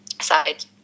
side